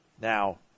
Now